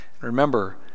Remember